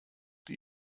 die